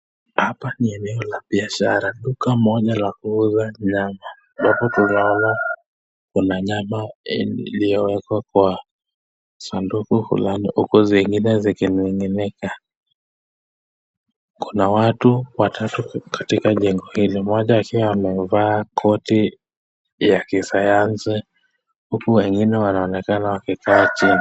Hapa ni eneo la biashara, duka moja la kuuza nyama, kuna nyama iliyo wekwa kwa sanduku fulani huku zingine zikining'inika. Kuna watu katika jengo hili, mmoja akiwa amevaa koti ya kisayansi huku wengine wanaonekana wakikaa chini.